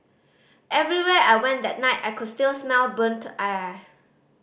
everywhere I went that night I could still smell burnt air